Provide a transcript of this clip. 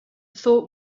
thought